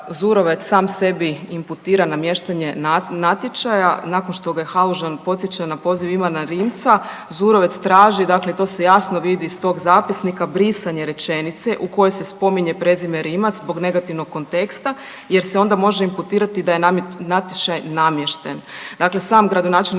Zurovec sam sebi imputira namještanje natječaja, nakon što ga Halužan podsjeća na poziv Ivana Rimca, Zurovec traži dakle i to se jasno vidi iz tog zapisnika, brisanje rečenice u kojoj se spominje prezime Rimac zbog negativnog konteksta jer se onda može imputirati da je natječaj namješten. Dakle sam gradonačelnik